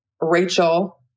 Rachel